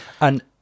And-